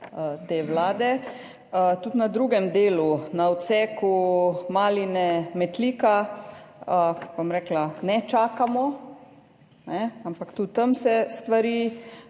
te vlade. Tudi na drugem delu, na odseku Maline–Metlika, ne čakamo, ampak tudi tam se stvari